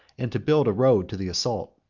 and to build a road to the assault.